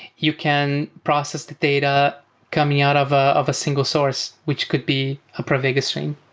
you can process the data coming out of ah of a single source which could be a pravega stream.